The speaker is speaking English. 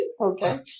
okay